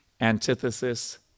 antithesis